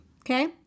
okay